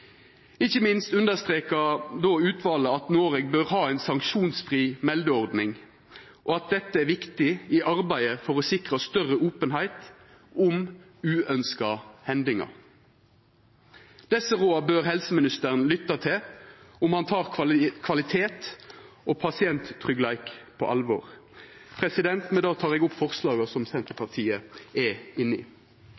Ikkje minst understreka utvalet at Noreg bør ha ei sanksjonsfri meldeordning, og at dette er viktig i arbeidet for å sikra større openheit om uønskte hendingar. Desse råda bør helseministeren lytta til om han tek kvalitet og pasienttryggleik på alvor. Med det viser eg til forslaga som